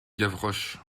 gavroche